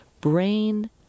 brain